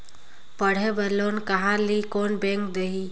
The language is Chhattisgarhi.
पढ़े बर लोन कहा ली? कोन बैंक देही?